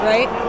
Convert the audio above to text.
Right